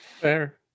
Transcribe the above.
Fair